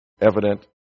evident